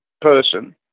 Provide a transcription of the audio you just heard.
person